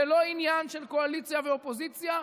זה לא עניין של קואליציה ואופוזיציה,